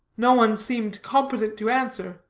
no one seemed competent to answer,